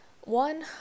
One